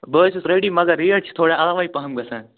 بہٕ حظ چھُس ریٚڈی مگر ریٹ چھِ تھوڑا علاوٕے پہم گژھان